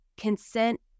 Consent